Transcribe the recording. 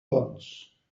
bons